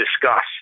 Discuss